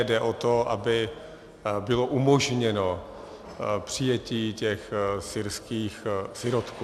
Jde o to, aby bylo umožněno přijetí těch syrských sirotků.